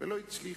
ולא הצליחה.